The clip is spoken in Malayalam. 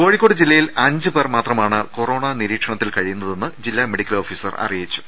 കോഴിക്കോട്ട് ജില്ലയിൽ അഞ്ചു പേർ മാത്രമാണ് കൊറോണാ നിരീക്ഷ ണത്തിൽ കഴിയുന്നതെന്ന് ജില്ലാ മെഡിക്കൽ ഓഫീസർ അറിയിച്ചു